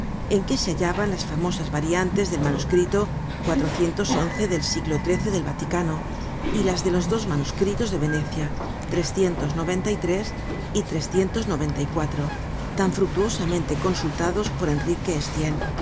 en que se hallaban las famosas variantes del manuscrito cuatrocientos once del siglo xiii del vaticano y las de los dos manuscritos de venecia y tan fructuosamente consultados por enrique